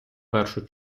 першу